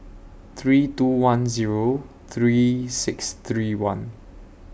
three two one Zero three six three one